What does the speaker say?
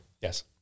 Yes